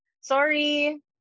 sorry